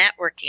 networking